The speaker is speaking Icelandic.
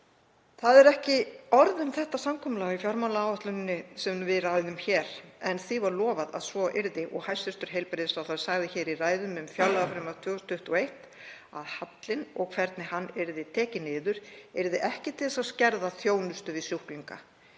Það er ekki orð um þetta samkomulag í fjármálaáætluninni sem við ræðum hér en því var lofað að svo yrði og hæstv. heilbrigðisráðherra sagði í ræðum um fjárlagafrumvarp 2021 að hallinn og hvernig hann yrði réttur yrði ekki til þess að skerða þjónustu við sjúklinga.